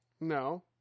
No